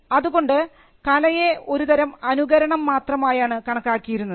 അതുകൊണ്ട് കലയെ ഒരുതരം അനുകരണം മാത്രമായാണ് കണക്കാക്കിയിരുന്നത്